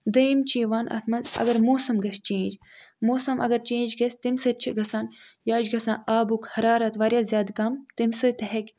دوٚیُم چھُ یِوان اَتھ مَنٛز اگر موسَم گَژھِ چینٛج موسَم اگر چینٛج گَژھِ تَمہِ سۭتۍ چھِ گَژھان یا چھُ گَژھان آبُک حرارت واریاہ زیادٕ کم تَمہِ سۭتۍ تہِ ہیٚکہِ